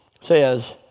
says